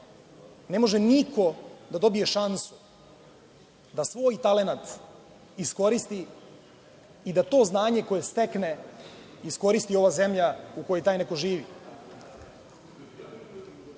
ne može niko da dobije šansu da svoj talenat iskoristi i da to znanje koje stekne iskoristi ova zemlja u kojoj taj neko živi. Kada